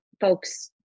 folks